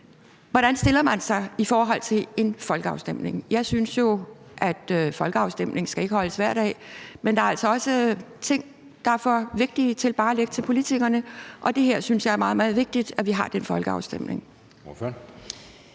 Hvordan stiller man sig i forhold til en folkeafstemning? Jeg synes jo ikke, at der skal holdes folkeafstemning hver dag, men der er altså også ting, der er for vigtige til bare at lægge over til politikerne, og her synes jeg, det er meget vigtigt, at vi får den folkeafstemning.